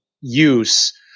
use